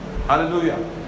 Hallelujah